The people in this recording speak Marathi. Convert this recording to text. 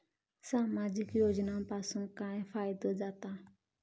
सामाजिक योजनांपासून काय फायदो जाता?